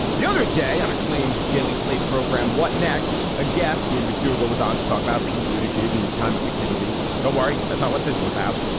the other day, an acclaimed daily slate program. what next? a guest, ian mcdougall, was on to talk about pete bhuta jej jej and his time at mckinsey. don't worry, that's not what this is about.